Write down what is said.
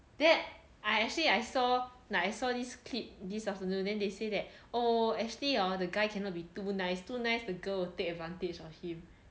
that I actually I saw like I saw this clip this afternoon then they say that oh actually hor the guy cannot be too nice too nice the girl will take advantage of him